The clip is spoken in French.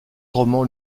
romans